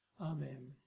Amen